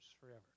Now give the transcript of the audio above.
forever